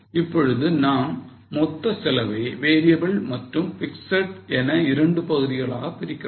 இப்பொழுது நாம் மொத்த செலவை variable மற்றும் fixed என இரண்டு பகுதிகளாக பிரிக்கிறோம்